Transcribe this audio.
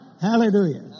Hallelujah